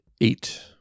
eight